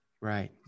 Right